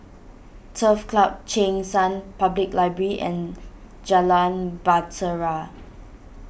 Turf Club Cheng San Public Library and Jalan Bahtera